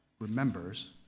remembers